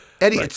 Eddie